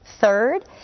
Third